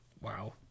Wow